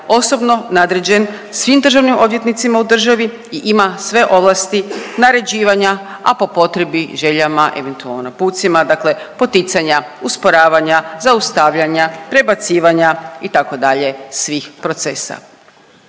osobno nadređen svim državnim odvjetnicima u državi i ima sve ovlasti naređivanja, a po potrebi željama eventualno naputcima, dakle poticanja, usporavanja, zaustavljanja, prebacivanja itd., svih procesa.